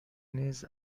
نیز